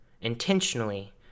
intentionally